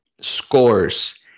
scores